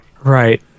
Right